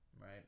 Right